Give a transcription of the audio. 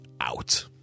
out